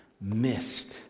Missed